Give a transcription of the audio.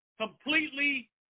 Completely